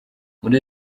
muri